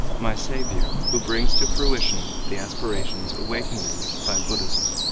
my saviour, who brings to fruition the aspirations awakened in me by buddhism.